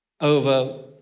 over